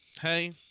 hey